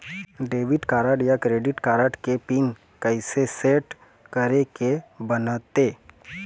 Debit card या credit card के PIN कइसे सेट करे के बनते?